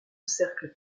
cercle